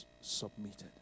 submitted